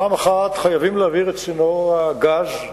פעם אחת חייבים להעביר את צינור הגז.